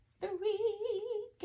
Three